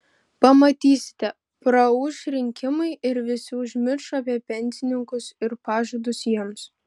pamatysite praūš rinkimai ir visi užmirš apie pensininkus ir pažadus jiems